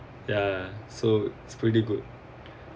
ya so it's pretty good